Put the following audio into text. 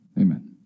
Amen